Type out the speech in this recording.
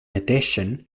addition